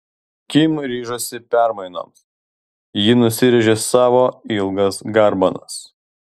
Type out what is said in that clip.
kim ryžosi permainoms ji nusirėžė savo ilgas garbanas